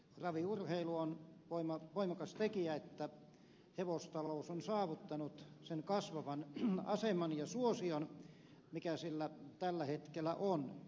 raviurheilu on voimakas tekijä siinä että hevostalous on saavuttanut sen kasvavan aseman ja suosion mikä sillä tällä hetkellä on